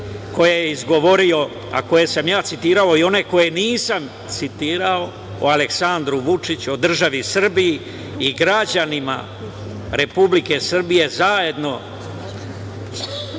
koje je izgovorio, a koje sam ja citirao i one koje nisam citirao o Aleksandru Vučiću, o državi Srbiji i građanima Republike Srbije zajedno